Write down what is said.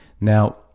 Now